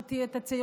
חברת הכנסת וסרמן,